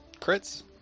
crits